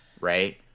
right